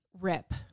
rip